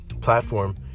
platform